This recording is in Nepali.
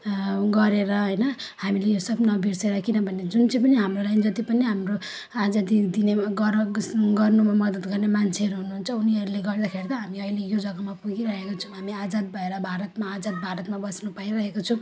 गरेर होइन हामीले यो सब नबिर्सिएर किनभने जुन चाहिँ पनि हाम्रो लागि जति पनि हाम्रो आजादी दिने गर गर्नुमा मदत गर्ने मान्छेहरू हुनुहुन्छ उनीहरूले गर्दाखेरि हामी अहिले यो जग्गामा पुगिरहेको छौँ हामी आजाद भएर भारतमा आजाद भारतमा बस्नु पाइहरेको छौँ